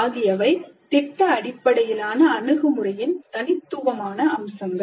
ஆகியவை திட்ட அடிப்படையிலான அணுகுமுறையின் தனித்துவமான அம்சங்கள்